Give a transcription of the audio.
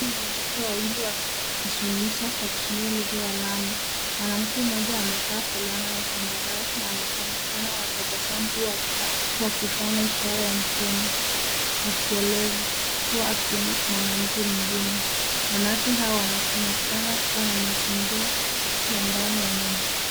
Wanawake wawili wakizungumza kupitia lugha ya lama. Mwanamke mmoja amevaa fulana ya zambarau na anaonekana akitabasamu akifanya ishara ya mikono akielezwa na mwanamke mwingine. Wanawake hawa wanaonekana wakiwa na mazingira ya ndani.